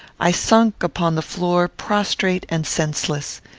i sunk upon the floor prostrate and senseless.